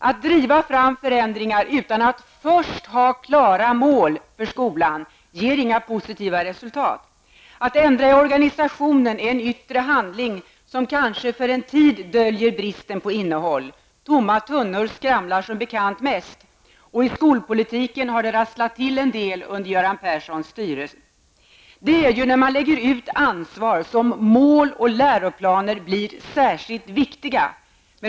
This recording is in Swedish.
Att driva fram förändringar utan att först ha klara mål för skolan ger inga positiva resultat. Att ändra i organisationen är en yttre handling som kanske för en tid döljer bristen på innehåll. Tomma tunnor skramlar som bekant mest, och i skolpolitiken har det rasslat till en del under Göran Perssons styre. Det är ju när man lägger ut ansvar som mål och läroplaner blir särskilt viktiga.